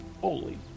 Holy